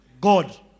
God